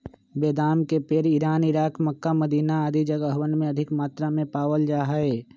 बेदाम के पेड़ इरान, इराक, मक्का, मदीना आदि जगहवन में अधिक मात्रा में पावल जा हई